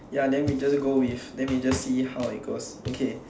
ya then we just go with then we just see how it goes okay